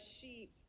sheep